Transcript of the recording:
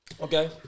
Okay